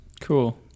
cool